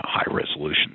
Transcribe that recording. high-resolution